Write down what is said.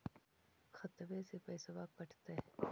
खतबे से पैसबा कटतय?